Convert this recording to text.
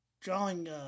Drawing